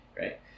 right